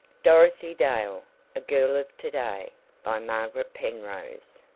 dorothy dale a girl of to-day by margaret penrose